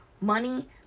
money